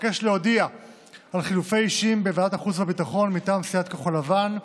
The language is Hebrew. אבקש להודיע על חילופי אישים בוועדת החוץ והביטחון: מטעם סיעת כחול לבן,